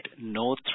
no